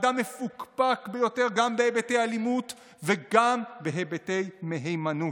אדם מפוקפק ביותר גם בהיבטי אלימות וגם בהיבטי מהימנות.